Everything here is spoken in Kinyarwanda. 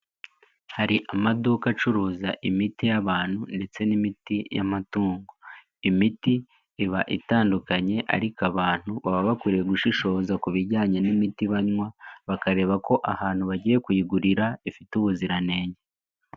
Hari amaduka acuruza imiti y'abantu ndetse n'imiti y'amatungo. Imiti iba itandukanye ariko abantu baba bakwiye gushishoza ku bijyanye n'imiti banywa, bakareba ko ahantu bagiye kuyigurira ifite ubuziranenge.